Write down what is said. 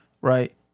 Right